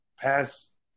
past